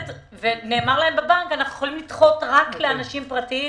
ונאמר להם בבנק שיכולים לדחות רק לאנשים פרטיים